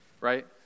Right